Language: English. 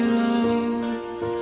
love